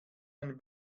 ein